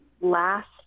last